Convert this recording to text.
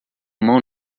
mão